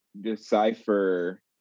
decipher